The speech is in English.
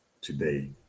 today